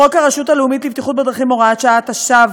חוק הרשות הלאומית לבטיחות בדרכים (הוראת שעה),